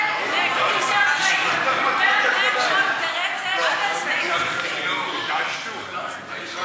הצעת חוק-יסוד: משק המדינה (תיקון מס'